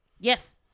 Yes